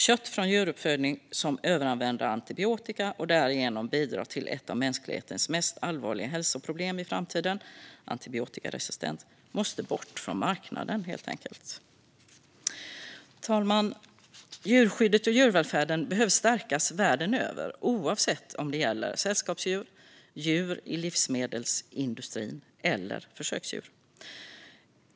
Kött från djuruppfödning där antibiotika överanvänds bidrar till ett av mänsklighetens mest allvarliga hälsoproblem i framtiden, nämligen antibiotikaresistens, och det måste helt enkelt bort från marknaden. Herr talman! Djurskyddet och djurvälfärden behöver stärkas världen över, oavsett om det gäller sällskapsdjur, djur i livsmedelsindustrin eller försöksdjur.